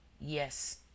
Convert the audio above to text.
Yes